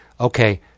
Okay